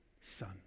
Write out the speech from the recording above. son